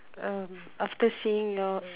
um after seeing your